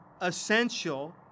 essential